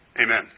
Amen